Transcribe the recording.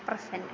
प्रसन्नः